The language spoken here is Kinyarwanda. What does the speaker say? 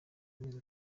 amezi